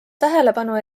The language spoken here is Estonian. tähelepanu